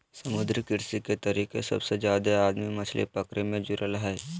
समुद्री कृषि के तरीके सबसे जादे आदमी मछली पकड़े मे जुड़ल हइ